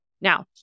Now